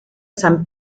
san